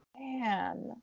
Man